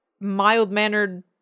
mild-mannered